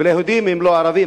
ויהודים הם לא ערבים.